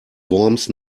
worms